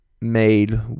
made